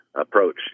approach